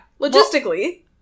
Logistically